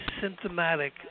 symptomatic